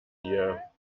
dir